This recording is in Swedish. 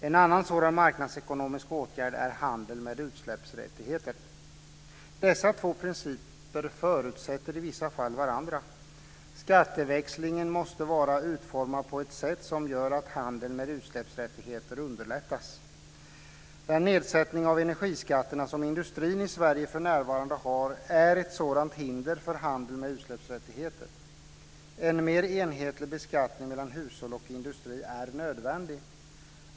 En annan sådan marknadsekonomisk åtgärd är handeln med utsläppsrättigheter. Dessa två principer förutsätter i vissa fall varandra. Skatteväxlingen måste vara utformad på ett sätt som gör att handeln med utsläppsrättigheter underlättas. Den nedsättning av energiskatterna som industrin i Sverige för närvarande har är ett sådant hinder för handel med utsläppsrättigheter. En mer enhetlig beskattning av hushåll och industri är nödvändig.